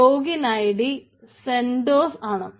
login ID CentOS ആണ്